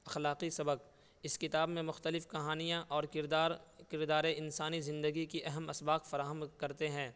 اخلاقی سبق اس کتاب میں مختلف کہانیاں اور کردار کردار انسانی زندگی کی اہم اسباق فراہم کرتے ہیں